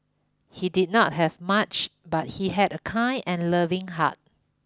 he did not have much but he had a kind and loving heart